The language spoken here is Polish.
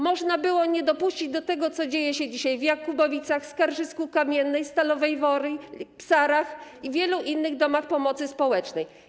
Można było nie dopuścić do tego, co dzieje się dzisiaj w Jakubowicach, Skarżysku-Kamiennej, Stalowej Woli, Psarach i w wielu innych domach pomocy społecznej.